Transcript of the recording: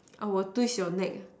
I will twist your neck ah